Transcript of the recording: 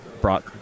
brought